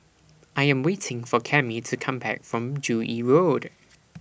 I Am waiting For Cammie to Come Back from Joo Yee Road